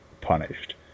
punished